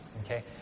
okay